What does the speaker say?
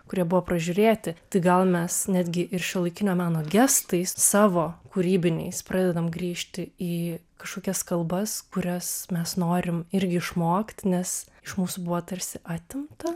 kurie buvo pražiūrėti tai gal mes netgi ir šiuolaikinio meno gestais savo kūrybiniais pradedam grįžti į kažkokias kalbas kurias mes norim irgi išmokti nes iš mūsų buvo tarsi atimta